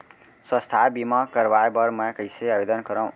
स्वास्थ्य बीमा करवाय बर मैं कइसे आवेदन करव?